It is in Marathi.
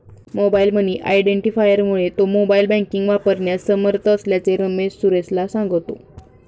मोबाईल मनी आयडेंटिफायरमुळे तो मोबाईल बँकिंग वापरण्यास समर्थ असल्याचे रमेश सुरेशला सांगतो